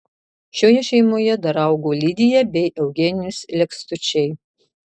šioje šeimoje dar augo lidija bei eugenijus lekstučiai